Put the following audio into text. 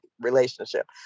relationship